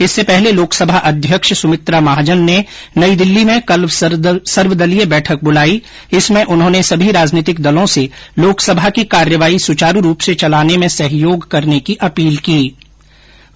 इससे पहले लोकसभा अध्यक्ष सुमित्रा महाजन ने नई दिल्ली में सर्वदलीय बैठक बुलाई इसमें उन्होंने सभी राजनीतिक दलों से लोकसभा की कार्यवाही सुचारू रूप से चलाने में सहयोग करने की अपील की है